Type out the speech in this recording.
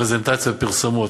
בפרזנטציות, פרסומות,